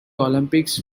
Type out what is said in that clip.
olympics